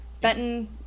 benton